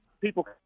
people